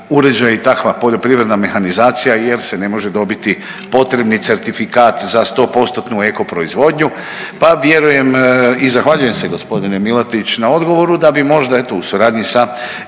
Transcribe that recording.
uređaji, takva poljoprivredna mehanizacija jer se ne može dobiti potrebni certifikat za sto postotnu eco proizvodnju, pa vjerujem i zahvaljujem se gospodine Milatić na odgovoru da bi možda eto u suradnji sa